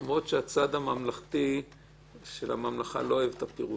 למרות שהצד של הממלכה לא אוהב את הפירוטים.